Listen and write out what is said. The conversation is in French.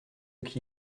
qui